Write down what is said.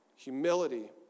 Humility